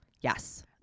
Yes